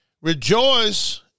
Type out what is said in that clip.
rejoice